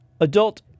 Adult